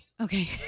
okay